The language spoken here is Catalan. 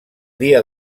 dia